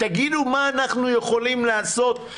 תגידו מה אנחנו יכולים לעשות.